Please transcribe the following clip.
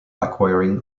acquiring